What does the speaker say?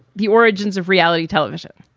the origins of reality television.